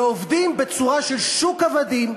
ועובדים בצורה של שוק עבדים,